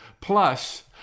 Plus